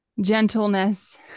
gentleness